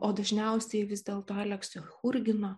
o dažniausiai vis dėlto alekso churgino